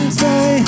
say